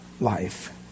life